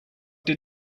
did